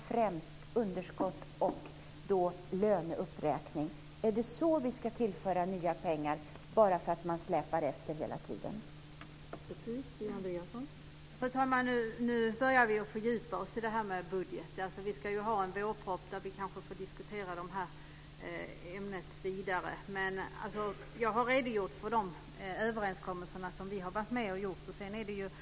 Då hade jag kunnat läsa upp det ordagrant. Är det för att klara de ständiga eftersläpningarna som man ska tillföra nya pengar?